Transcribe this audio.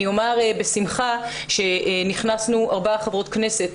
אני אומר בשמחה שנכנסנו ארבע חברות כנסת